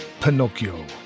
Pinocchio